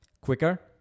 quicker